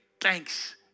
thanks